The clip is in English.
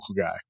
guy